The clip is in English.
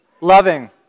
Loving